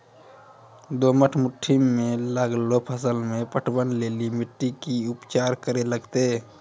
दोमट मिट्टी मे लागलो फसल मे पटवन लेली मिट्टी के की उपचार करे लगते?